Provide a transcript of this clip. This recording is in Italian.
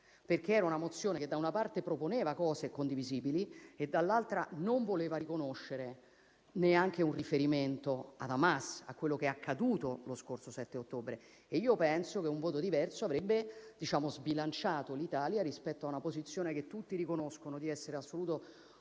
era sbilanciata, perché, da una parte, proponeva cose condivisibili e, dall'altra, non voleva riconoscere neanche un riferimento ad Hamas e a quello che è accaduto lo scorso 7 ottobre. Penso che un voto diverso avrebbe sbilanciato l'Italia rispetto a una posizione che tutti riconoscono essere di assoluto